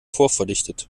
vorverdichtet